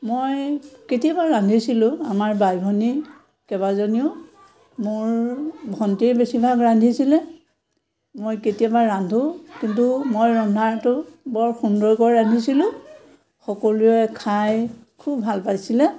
মই কেতিয়াবা ৰান্ধিছিলোঁ আমাৰ বাই ভনী কেইবাজনীও মোৰ ভণ্টিয়ে বেছিভাগ ৰান্ধিছিলে মই কেতিয়াবা ৰান্ধোঁ কিন্তু মই ৰন্ধাটো বৰ সুন্দৰকৈ ৰান্ধিছিলোঁ সকলোৱে খাই খুব ভাল পাইছিলে